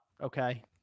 okay